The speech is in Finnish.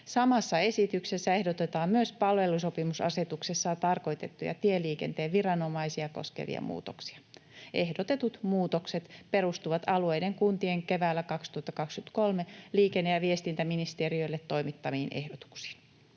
Samassa esityksessä ehdotetaan myös palvelusopimusasetuksessa tarkoitettuja tieliikenteen viranomaisia koskevia muutoksia. Ehdotetut muutokset perustuvat alueiden, kuntien keväällä 2023 liikenne- ja viestintäministeriölle toimittamiin ehdotuksiin.